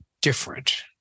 different